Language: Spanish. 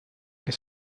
que